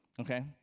okay